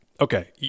Okay